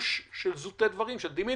לשימוש של זוטי דברים, של דימינימיס.